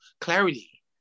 clarity